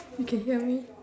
you can hear me